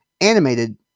animated